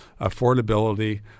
affordability